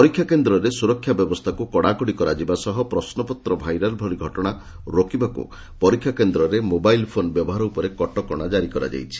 ପରୀକ୍ଷା କେନ୍ଦରେ ସୁରକ୍ଷା ବ୍ୟବସ୍ଷାକୁ କଡ଼ାକଡ଼ି କରାଯିବା ସହ ପ୍ରଶ୍ୱପତ୍ର ଭାଇରାଲ୍ ଭଳି ଘଟଶା ରୋକିବାକୁ ପରୀକ୍ଷା କେନ୍ଦରେ ମୋବାଇଲ୍ ଫୋନ୍ ବ୍ୟବହାର ଉପରେ କଟକଣା କରାଯାଇଛି